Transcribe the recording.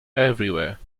everywhere